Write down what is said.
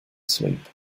sleep